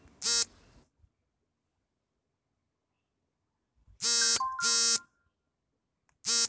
ಸಾಲ ಮರುಪಾವತಿಸಲು ಬ್ಯಾಂಕಿನ ಯಾವುದೇ ಬ್ರಾಂಚ್ ಗಳಿಗೆ ಹೋಗಬಹುದೇ?